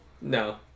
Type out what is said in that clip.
No